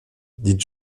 dit